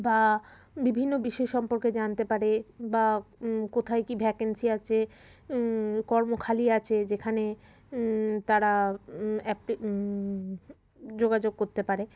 বা বিভিন্ন বিষয় সম্পর্কে জানতে পারে বা কোথায় কি ভ্যাকেন্সি আছে কর্মখালি আছে যেখানে তারা অ্যাপে যোগাযোগ করতে পারে